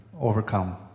overcome